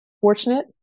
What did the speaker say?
fortunate